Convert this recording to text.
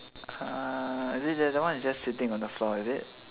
is it that that one is just sitting on the floor is it